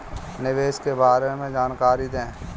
निवेश के बारे में जानकारी दें?